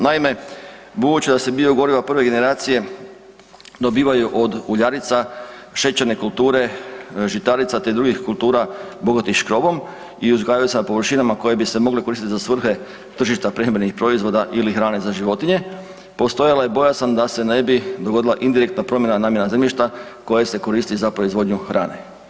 Naime, budući da se biogoriva prve generacije dobivaju od uljarica, šećerne kulture, žitarica te drugih kultura bogatih škrobom i uzgajaju se na površinama koje bi se mogle koristiti za svrhe tržišta prehrambenih proizvoda ili hrane za životinje, postala je bojazan da se ne bi dogodila indirektna promjena namjena zemljišta koja se koristi za proizvodnju hrane.